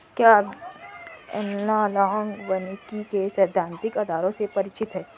क्या आप एनालॉग वानिकी के सैद्धांतिक आधारों से परिचित हैं?